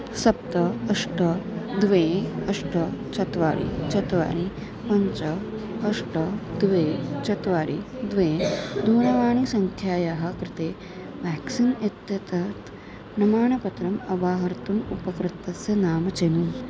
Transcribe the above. सप्त अष्ट द्वे अष्ट चत्वारि चत्वारि पञ्च अष्ट द्वे चत्वारि द्वे दूरवाणीसङ्ख्यायाः कृते व्याक्सीन् इत्येतत् प्रमाणपत्रम् अवाहर्तुम् उपकृतस्य नाम चिनु